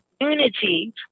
unity